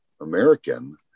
American